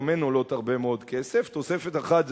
גם הן עולות הרבה מאוד כסף: תוספת אחת זה